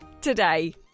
today